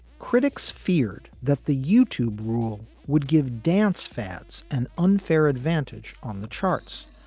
critics feared that the youtube rule would give dance fans an unfair advantage on the charts.